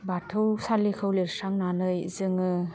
बाथौ सालिखौ लिरस्रांनानै जोङो